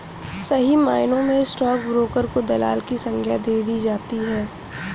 सही मायनों में स्टाक ब्रोकर को दलाल की संग्या दे दी जाती है